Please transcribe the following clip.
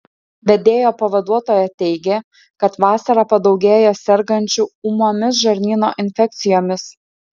vedėjo pavaduotoja teigė kad vasarą padaugėja sergančių ūmiomis žarnyno infekcijomis